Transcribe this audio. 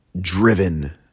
driven